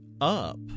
up